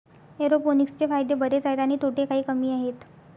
एरोपोनिक्सचे फायदे बरेच आहेत आणि तोटे काही कमी आहेत